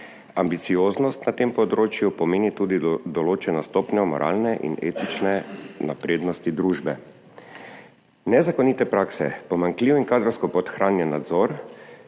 Ambicioznost na tem področju pomeni tudi določeno stopnjo moralne in etične naprednosti družbe. Nezakonite prakse, pomanjkljiv in kadrovsko podhranjen nadzor,